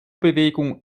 bewegung